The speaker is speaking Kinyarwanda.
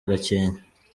gakenke